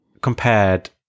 compared